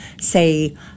say